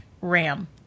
ram